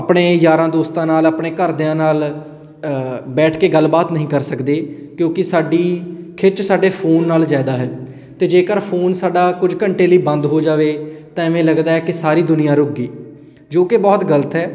ਆਪਣੇ ਯਾਰਾਂ ਦੋਸਤਾਂ ਨਾਲ ਆਪਣੇ ਘਰ ਦਿਆਂ ਨਾਲ ਬੈਠ ਕੇ ਗੱਲਬਾਤ ਨਹੀਂ ਕਰ ਸਕਦੇ ਕਿਉਂਕਿ ਸਾਡੀ ਖਿੱਚ ਸਾਡੇ ਫੋਨ ਨਾਲ ਜ਼ਿਆਦਾ ਹੈ ਅਤੇ ਜੇਕਰ ਫੋਨ ਸਾਡਾ ਕੁਝ ਘੰਟੇ ਲਈ ਬੰਦ ਹੋ ਜਾਵੇ ਤਾਂ ਐਵੇਂ ਲੱਗਦਾ ਕਿ ਸਾਰੀ ਦੁਨੀਆਂ ਰੁੱਕ ਗਈ ਜੋ ਕਿ ਬਹੁਤ ਗਲਤ ਹੈ